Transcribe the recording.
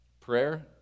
Prayer